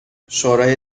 شورای